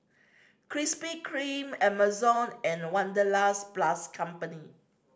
Krispy Kreme Amazon and Wanderlust plus Company